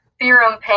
theorem